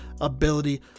ability